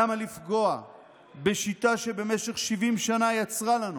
למה לפגוע בשיטה שבמשך 70 שנה יצרה לנו